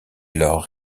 leur